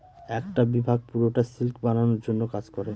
একটা বিভাগ পুরোটা সিল্ক বানানোর জন্য কাজ করে